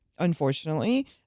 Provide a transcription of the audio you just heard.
Unfortunately